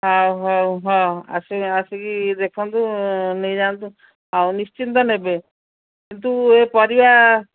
ହଉ ହଉ ହଉ ଆସିକି ଦେଖନ୍ତୁ ନେଇ ଯାଆନ୍ତୁ ଆଉ ନିଶ୍ଚିନ୍ତ ନେବେ କିନ୍ତୁ ଏ ପରିବା